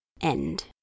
End